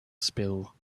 spill